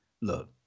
Look